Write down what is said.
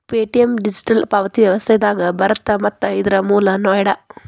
Paytm digital ಪಾವತಿ ವ್ಯವಸ್ಥೆದಾಗ ಬರತ್ತ ಮತ್ತ ಇದರ್ ಮೂಲ ನೋಯ್ಡಾ